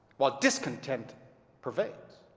while discontent pervades.